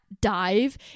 dive